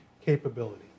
capability